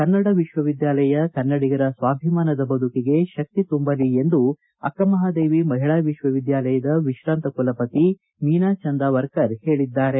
ಕನ್ನಡ ವಿಶ್ವವಿದ್ಯಾಲಯ ಕನ್ನಡಿಗರ ಸ್ವಾಭಿಮಾನದ ಬದುಕಿಗೆ ಶಕ್ತಿ ತುಂಬಲಿ ಎಂದು ಅಕ್ಕಮಹಾದೇವಿ ಮಹಿಳಾ ವಿಶ್ವ ವಿದ್ಯಾಲಯದ ವಿಶ್ವಾಂತ ಕುಲಪತಿ ಮೀನಾ ಚಂದಾವರ್ಕರ್ ಹೇಳಿದ್ದಾರೆ